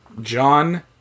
John